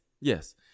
yes